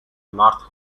north